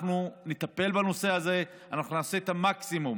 אנחנו נטפל בנושא הזה ונעשה את המקסימום